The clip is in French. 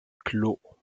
clos